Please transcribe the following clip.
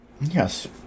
Yes